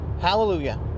Hallelujah